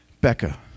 Becca